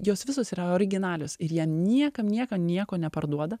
jos visos yra originalios ir jie niekam niekam nieko neparduoda